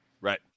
Right